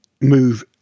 move